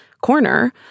corner